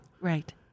Right